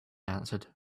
answered